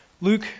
Luke